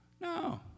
No